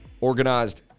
organized